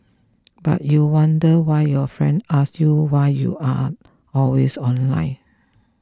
but you wonder why your friend ask you why you are always online